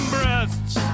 Breasts